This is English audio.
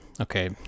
Okay